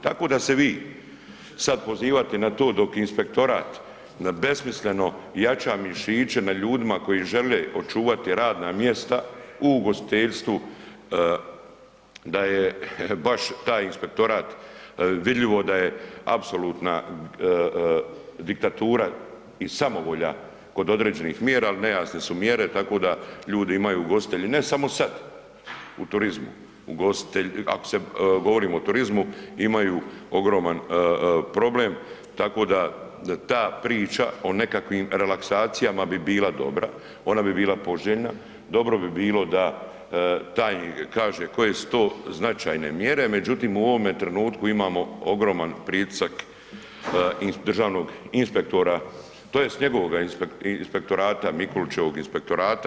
Tako da se vi sad pozivate na to, dok je inspektorat na besmisleno jača mišiće na ljudima koji žele očuvati radna mjesta u ugostiteljstvu, da je baš taj inspektorat, vidljivo da je apsolutna diktatura i samovolja kod određenih mjera, ali nejasne su mjere, tako da ljudi imaju ugostitelje i ne samo sad u turizmu, u ugostitelj, ako govorimo o turizmu, imaju ogroman problem, tako da ta priča o nekakvim relaksacijama bi bila dobra, ona bi bila poželjna, dobro bi bilo da tajnik kaže koje su to značajne mjere, međutim, u ovome trenutku imamo ogroman pritisak državnog inspektora, tj. njegovog inspektorata, Mikulićevog inspektorata.